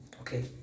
okay